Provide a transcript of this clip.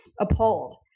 appalled